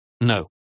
No